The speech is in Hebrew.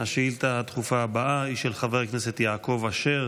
השאילתה הדחופה הבאה היא של חבר הכנסת יעקב אשר